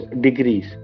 degrees